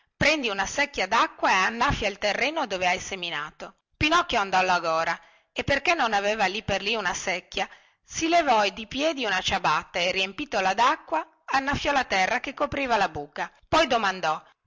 prendi una secchia dacqua e annaffia il terreno dove hai seminato pinocchio andò alla gora e perché non aveva lì per lì una secchia si levò di piedi una ciabatta e riempitala dacqua annaffiò la terra che copriva la buca poi domandò